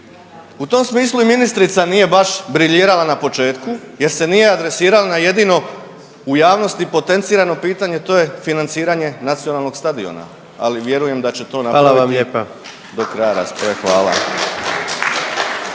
U tom smislu i ministrica nije baš briljirala na početku jer se nije adresirala na jedino, u javnosti, potencirano pitanje, a to je financiranje nacionalnog stadiona, ali vjerujem da će to napraviti .../Upadica: Hvala